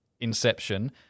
Inception